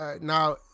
Now